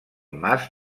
mas